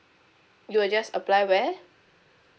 you will just apply where